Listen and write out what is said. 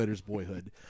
Boyhood